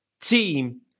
team